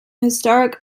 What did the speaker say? historic